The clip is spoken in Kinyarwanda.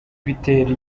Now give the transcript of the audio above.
bitera